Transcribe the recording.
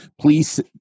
please